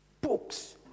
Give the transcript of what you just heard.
books